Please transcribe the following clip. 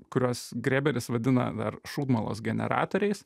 kuriuos grėberis vadina dar šūdmalos generatoriais